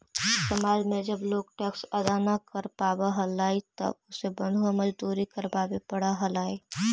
समाज में जब लोग टैक्स अदा न कर पावा हलाई तब उसे बंधुआ मजदूरी करवावे पड़ा हलाई